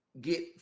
get